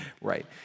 Right